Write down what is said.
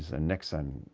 and nixon.